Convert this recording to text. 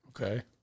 Okay